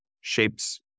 shapes